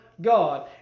God